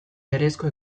berezko